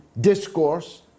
discourse